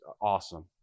Awesome